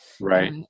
Right